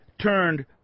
turned